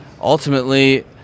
ultimately